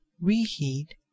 reheat